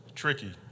tricky